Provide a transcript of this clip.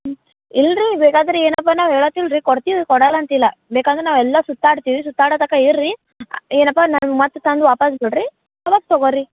ಹ್ಞೂ ಇಲ್ರೀ ಬೇಕಾದರೆ ಏನಪ್ಪಾ ನಾವು ಹೇಳತಿಲ್ಲ ರೀ ಕೊಡ್ತೀವಿ ಕೊಡಲಂತಿಲ್ಲ ಬೇಕಂದ್ರೆ ನಾವೆಲ್ಲ ಸುತ್ತಾಡ್ತೀವಿ ಸುತ್ತಾಡತನಕ ಇರ್ರಿ ಏನಪ್ಪಾ ನಂಗೆ ಮತ್ತೆ ತಂದು ವಾಪಾಸ್ ಬಿಡ್ರೀ ಆವಾಗ ತಗೊರ್ರೀ